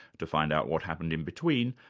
to find out what happened in between,